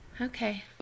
Okay